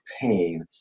pain